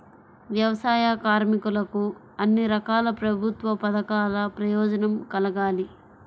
వ్యవసాయ కార్మికులకు అన్ని రకాల ప్రభుత్వ పథకాల ప్రయోజనం కలగాలి